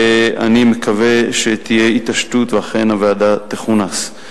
ואני מקווה שתהיה התעשתות ואכן הוועדה תכונס.